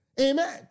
Amen